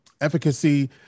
efficacy